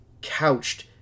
couched